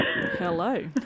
Hello